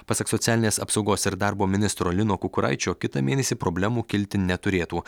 pasak socialinės apsaugos ir darbo ministro lino kukuraičio kitą mėnesį problemų kilti neturėtų